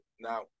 Now